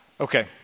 Okay